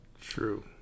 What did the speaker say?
True